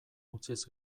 utziz